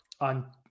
On